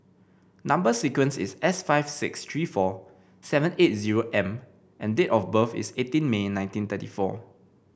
number sequence is S five six three four seven eight zero M and date of birth is eighteen May nineteen thirty four